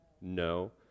No